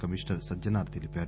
commissioner Sajjanar తెలిపారు